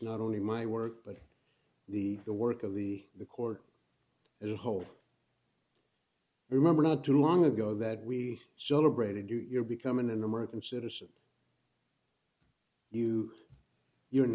not only my work but the the work of the the court as a whole remember not too long ago that we celebrated you're becoming an american citizen you you're an